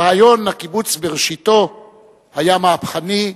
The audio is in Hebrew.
רעיון הקיבוץ בראשיתו היה מהפכני,